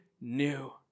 new